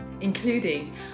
including